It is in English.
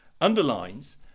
underlines